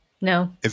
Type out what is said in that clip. No